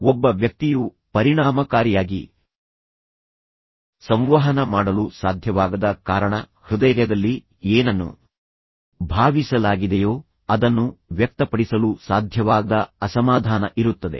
ಒಬ್ಬ ವ್ಯಕ್ತಿಯು ಪರಿಣಾಮಕಾರಿಯಾಗಿ ಸಂವಹನ ಮಾಡಲು ಸಾಧ್ಯವಾಗದ ಕಾರಣ ಹೃದಯದಲ್ಲಿ ಏನನ್ನು ಭಾವಿಸಲಾಗಿದೆಯೋ ಅದನ್ನು ವ್ಯಕ್ತಪಡಿಸಲು ಸಾಧ್ಯವಾಗದ ಅಸಮಾಧಾನ ಇರುತ್ತದೆ